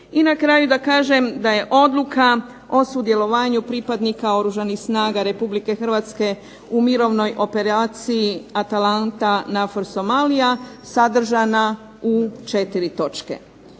I na kraju da kažem da je odluka o sudjelovanju pripadnika Oružanih snaga Republike Hrvatske u mirovnoj operaciji "ATALANTA-NAVFOR-SOMALIJA" sadržana u četiri točke.